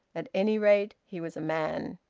at any rate he was a man.